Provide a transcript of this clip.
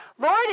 Lord